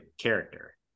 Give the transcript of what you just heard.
character